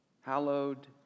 hallowed